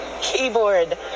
keyboard